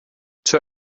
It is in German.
zur